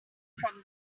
from